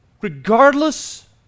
regardless